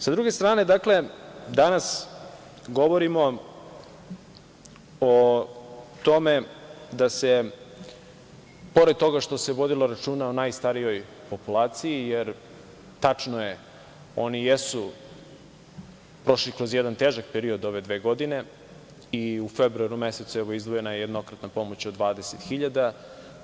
Sa druge strane, dakle danas govorimo o tome da se pored toga što se vodilo računa o najstarijoj populaciji, jer tačno je, oni jesu prošli kroz jedan težak period ove dve godine i u februaru mesecu evo izdvojena je jednokratna pomoć od 20.000.